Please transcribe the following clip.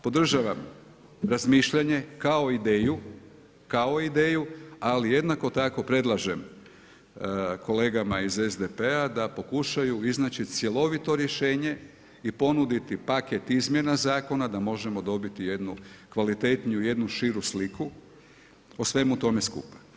Podržavam razmišljanje kao ideju, kao ideju, ali jednako tako predlažem kolegama iz SDP-a, da pokušaju iznaći cjelovito rješenje i ponuditi paket izmjena zakona, da možemo dobiti jednu kvalitetniju, jednu širu sliku o svemu tome skupa.